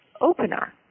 opener